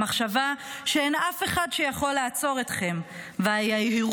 המחשבה שאין אף אחד שיכול לעצור אתכם והיהירות